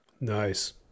nice